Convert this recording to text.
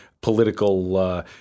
political –